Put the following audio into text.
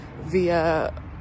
via